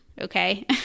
okay